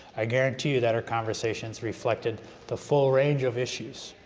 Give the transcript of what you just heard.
i guarantee you that her conversations reflected the full range of issues